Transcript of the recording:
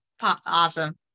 awesome